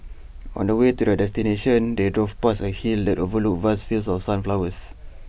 on the way to their destination they drove past A hill that overlooked vast fields of sunflowers